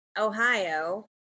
Ohio